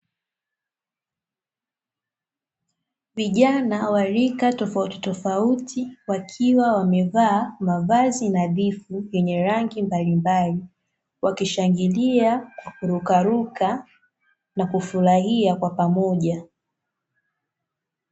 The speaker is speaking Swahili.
Vijana wa rika tofautitofauti wakiwa wamevaa mavazi nadhifu ya rangi mbalimbali, wakishangilia, na kurukaruka na kufurahia kwa pamoja.